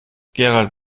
gerald